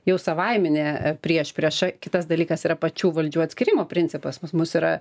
jau savaiminė priešprieša kitas dalykas yra pačių valdžių atskyrimo principas pas mus yra